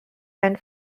and